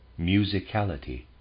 musicality